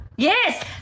Yes